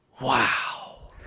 wow